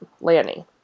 Lanny